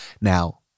Now